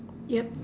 yup